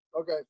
Okay